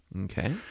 okay